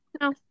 no